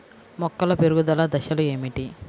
మొక్కల పెరుగుదల దశలు ఏమిటి?